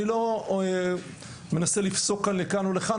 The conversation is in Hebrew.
אני לא מנסה לפסוק לכאן או לכאן,